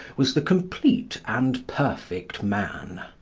was the complete and perfect man.